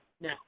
No